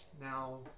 Now